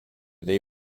they